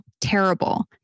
terrible